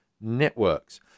networks